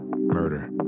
murder